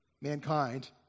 mankind